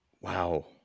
wow